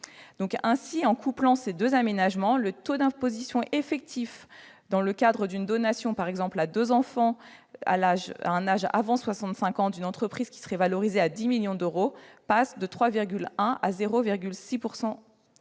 %. Ainsi, en couplant ces deux aménagements, le taux d'imposition effectif dans le cadre d'une donation, par exemple à deux enfants, avant soixante-cinq ans d'une entreprise qui serait valorisée à 10 millions d'euros passerait de 3,1 % à 0,6 %.